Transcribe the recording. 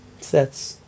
sets